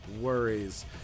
worries